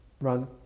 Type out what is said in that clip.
run